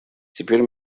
теперь